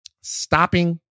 stopping